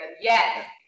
yes